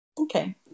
Okay